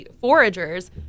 foragers